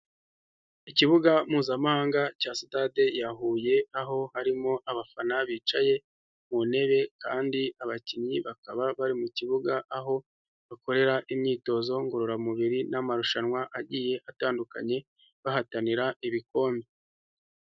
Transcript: Ikibuga mpuzamahanga cya Stade ya Huye, aho harimo abafana bicaye ku ntebe kandi abakinnyi bakaba bari mu kibuga, aho bakorera imyitozo ngororamubiri n'amarushanwa agiye atandukanye, bahatanira ibikombe.